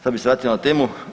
Sad bih se vratio na temu.